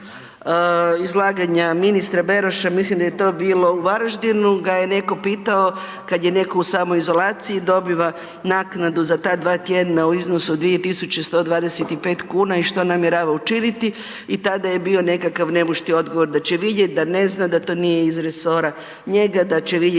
izlaganja ministra Beroša, mislim da je to bilo u Varaždinu ga je neko pitao kada je neko u smoizolaciji dobiva naknadu za ta dva tjedna u iznosu od 2.125 kuna i što namjerava učiniti. I tada je bio nekakav nemušti odgovor da će vidjet, da ne zna, da to nije iz resora njega da će vidjeti